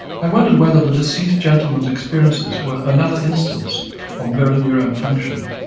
i wondered whether the deceased gentleman's experiences were another instance of mirror neuron function,